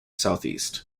southeast